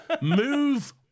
Move